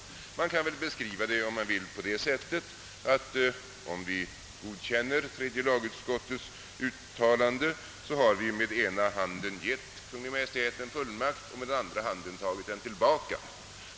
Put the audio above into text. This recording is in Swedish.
Man kan väl, om man vill skriva på det sättet, säga att om vi godkänner tredje lagutskottets uttalande så har vi med ena handen gett Kungl. Maj:t en fullmakt och med andra handen tagit den tillbaka.